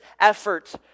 effort